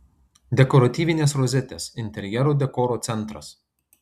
dekoratyvinės rozetės interjero dekoro centras